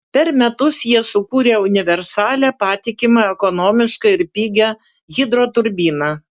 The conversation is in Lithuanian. per metus jie sukūrė universalią patikimą ekonomišką ir pigią hidroturbiną